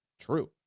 True